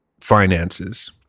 finances